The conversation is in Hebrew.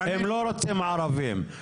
הם לא רוצים ערבים.